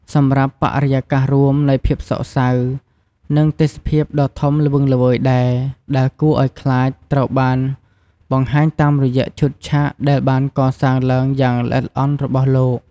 សម្រាប់បរិយាកាសរួមនៃ ភាពសោគសៅ និងទេសភាពដ៏ធំល្វឹងល្វើយដែរ ដែលគួរឲ្យខ្លាច ត្រូវបានបង្ហាញតាមរយៈឈុតឆាកដែលបានកសាងឡើងយ៉ាងល្អិតល្អន់របស់លោក។